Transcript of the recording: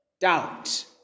doubt